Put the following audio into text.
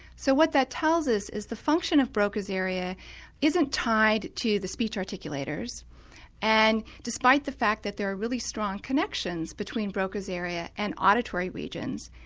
so what that tells us is the function of broca's area isn't tied to the speech articulators and, despite the fact that there are really strong connections between broca's area and auditory regions,